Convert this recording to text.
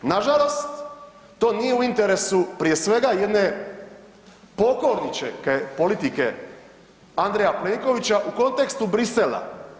Nažalost, to nije u interesu prije svega jedne pokorničke politike Andreja Plenkovića u kontekstu Bruxellesa.